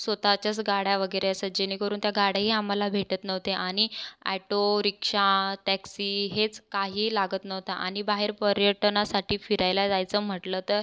स्वत च्याच गाड्या वगैरे असं जेणेकरून त्या गाड्याही आम्हाला भेटत नव्हते आणि अॅटो रिक्षा टॅक्सी हेच काही लागत नव्हतं आणि बाहेर पर्यटनासाठी फिरायला जायचं म्हटलं तर